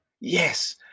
yes